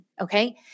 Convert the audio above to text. okay